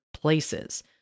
places